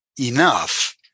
enough